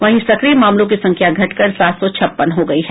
वहीं सक्रिय मामलों की संख्या घटकर सात सौ छप्पन हो गयी है